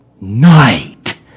night